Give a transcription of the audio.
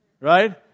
right